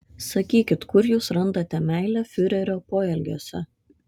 sakykit kur jūs randate meilę fiurerio poelgiuose